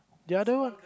the other one